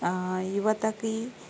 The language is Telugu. యువతకి